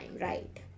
right